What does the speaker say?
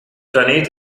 planet